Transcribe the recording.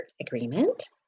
agreement